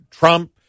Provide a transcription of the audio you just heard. Trump